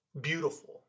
beautiful